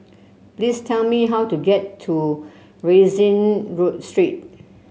please tell me how to get to Rienzi Street